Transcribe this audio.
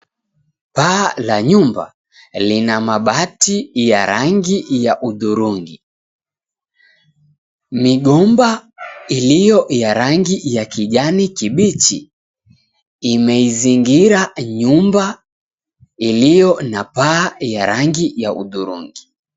Paa la nyumba lina mabati yenye rangi ya hudhurungi. Migomba iliyo ya rangi ya kijani kibichi imeizingira nyumba ilio na paa ya rangi ya hudhurungi.